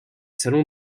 salon